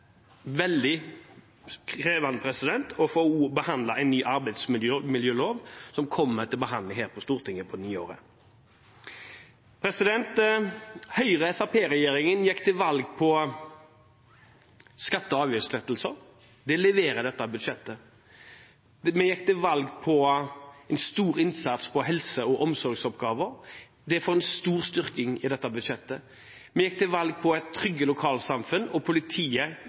veldig krevende å få behandlet en ny arbeidsmiljølov, som kommer til behandling her på Stortinget på nyåret. Høyre–Fremskrittsparti-regjeringen gikk til valg på skatte- og avgiftslettelser. Det leverer dette budsjettet. Vi gikk til valg på en stor innsats på helse- og omsorgsoppgaver. Det får en stor styrking i dette budsjettet. Vi gikk til valg på et tryggere lokalsamfunn, og politiet